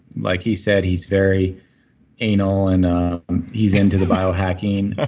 like he said, he's very anal and he's in to the biohacking. ah